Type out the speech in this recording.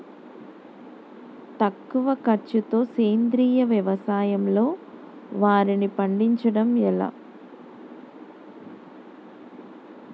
తక్కువ ఖర్చుతో సేంద్రీయ వ్యవసాయంలో వారిని పండించడం ఎలా?